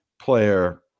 player